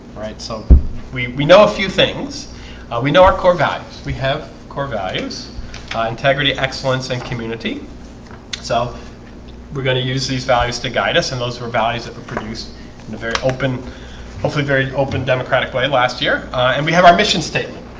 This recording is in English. right so we we know a few things we know our core values we have core values integrity excellence and community so we're going to use these values to guide us and those who are values that would produce in a very open hopefully very open democratic way last year and we have our mission statement